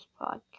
podcast